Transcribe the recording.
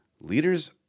leaders